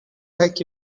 like